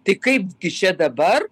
tai kaipgi čia dabar